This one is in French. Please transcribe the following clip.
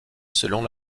selon